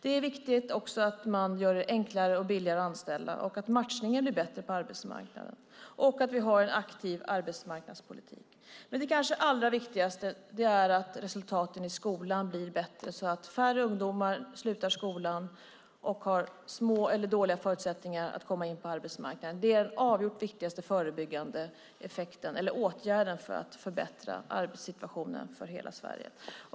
Det är också viktigt att man gör det enklare och billigare att anställa, att matchningen på arbetsmarknaden blir bättre och att vi har en aktiv arbetsmarknadspolitik. Det kanske allra viktigaste är att resultaten i skolan blir bättre så att färre ungdomar slutar skolan i förtid och har små eller dåliga förutsättningar att komma in på arbetsmarknaden. Det är den absolut viktigaste förebyggande åtgärden för att förbättra arbetssituationen för hela Sverige.